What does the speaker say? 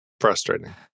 Frustrating